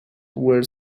were